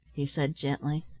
he said gently.